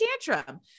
tantrum